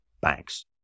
banks